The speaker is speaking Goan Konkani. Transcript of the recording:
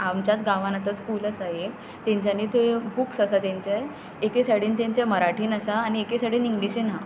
आमच्यात गांवान आतां स्कूल आसा एक तांच्यानी थंय बुक्स आसा तांचे एके सायडीन तांचे मराठीन आसा आनी एके सायडीन इंग्लिशीन हा